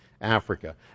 Africa